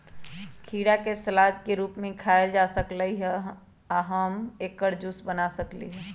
खीरा के सलाद के रूप में खायल जा सकलई ह आ हम एकर जूस बना सकली ह